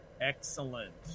Excellent